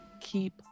keep